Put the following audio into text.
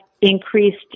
increased